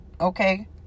Okay